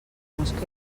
mosca